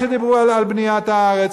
שדיברו על בניית הארץ,